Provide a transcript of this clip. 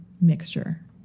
mixture